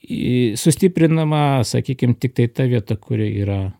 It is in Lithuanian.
į sustiprinama sakykim tiktai ta vieta kuri yra